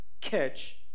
catch